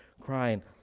Crying